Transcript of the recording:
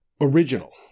original